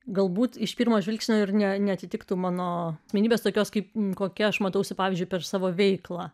galbūt iš pirmo žvilgsnio ir ne neatitiktų mano vienybės tokios kaip kokia aš matausi pavyzdžiui per savo veiklą